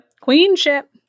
Queenship